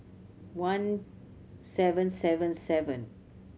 one seven seven seven